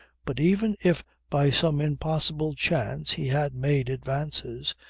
but even if by some impossible chance he had made advances,